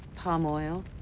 palm oil,